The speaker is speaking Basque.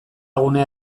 gunea